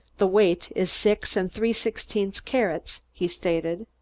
the weight is six and three-sixteenths carats, he stated.